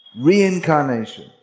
reincarnation